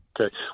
Okay